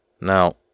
Now